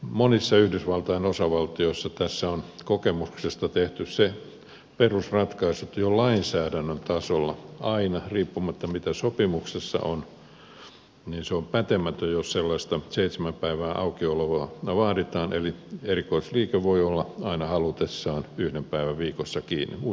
monissa yhdysvaltain osavaltioissa tässä on kokemuksesta tehty se perusratkaisu että jo lainsäädännön tasolla edellytetään että riippumatta siitä mitä sopimuksessa on se on pätemätön jos sellaista seitsemän päivän aukioloa vaaditaan eli erikoisliike voi olla aina halutessaan yhden päivän viikossa kiinni